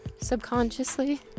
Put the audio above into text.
subconsciously